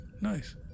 nice